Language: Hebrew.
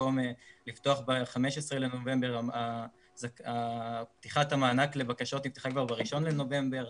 במקום לפתוח ב-15 בנובמבר פתיחת המענק לבקשות התחילה כבר ב-1 בנובמבר.